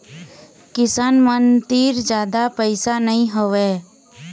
किसान मन तीर जादा पइसा नइ होवय